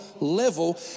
level